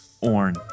Orn